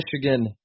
Michigan